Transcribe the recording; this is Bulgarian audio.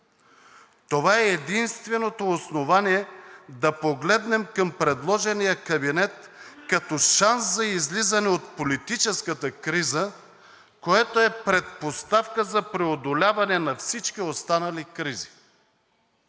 Това е единствено основание да погледнем към предложения кабинет като шанс за излизане от политическата криза, което е предпоставка за преодоляване на всички останали кризи.